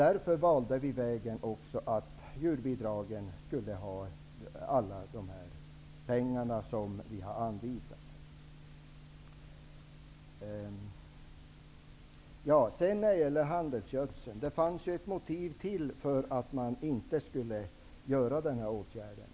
Därför ansåg vi att alla de pengar som vi har anvisat skall gå till djurbidragen. Sedan några ord om handelsgödseln. Det fanns ju ett motiv till för att inte vidta den aktuella åtgärden.